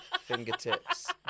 fingertips